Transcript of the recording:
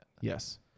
Yes